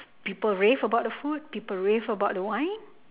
people rave about the food people rave about the wine